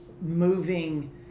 moving